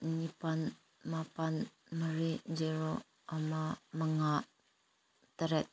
ꯅꯤꯄꯥꯟ ꯃꯥꯄꯜ ꯃꯔꯤ ꯖꯦꯔꯣ ꯑꯃ ꯃꯉꯥ ꯇꯔꯦꯠ